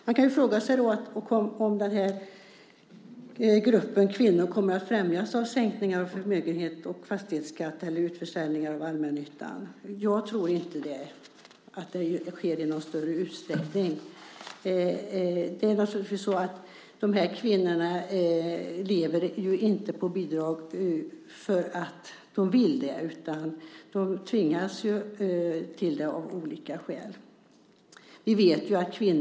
Man kan då fråga sig om denna grupp kvinnor kommer att främjas av sänkningarna av förmögenhetsskatten och fastighetsskatten eller av utförsäljningar av allmännyttan. Jag tror inte att det sker i någon större utsträckning. Dessa kvinnor lever inte på bidrag för att de vill det, utan de tvingas till det av olika skäl.